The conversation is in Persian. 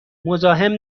مزاحم